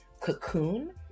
cocoon